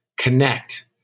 connect